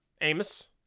amos